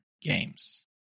games